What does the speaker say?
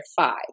five